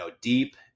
deep